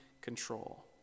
control